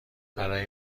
برای